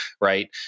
Right